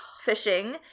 fishing